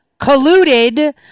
colluded